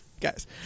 Guys